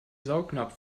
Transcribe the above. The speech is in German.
saugnapf